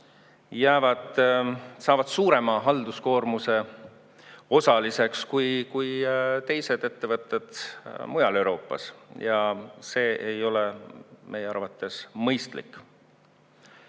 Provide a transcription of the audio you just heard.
saavad suurema halduskoormuse osaliseks kui teised ettevõtted mujal Euroopas ja see ei ole meie arvates mõistlik.